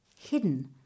hidden